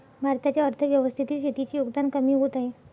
भारताच्या अर्थव्यवस्थेतील शेतीचे योगदान कमी होत आहे